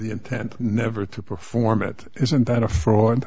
the intent never to perform it isn't that a fraud